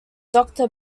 doctor